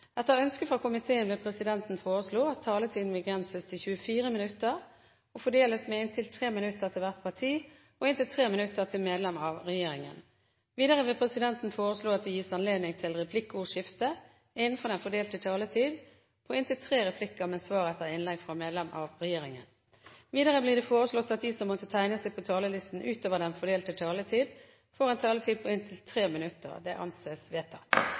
Etter ønske fra næringskomiteen vil presidenten foreslå at taletiden begrenses til 24 minutter og fordeles med inntil 3 minutter til hvert parti og inntil 3 minutter til medlem av regjeringen. Videre vil presidenten foreslå at det gis anledning til replikkordskifte på inntil tre replikker med svar etter innlegg fra medlem av regjeringen innenfor den fordelte taletid. Videre blir det foreslått at de som måtte tegne seg på talerlisten utover den fordelte taletid, får en taletid på inntil 3 minutter. – Det anses vedtatt.